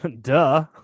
Duh